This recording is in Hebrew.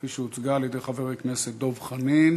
כפי שהוצגה על-ידי חבר הכנסת דב חנין.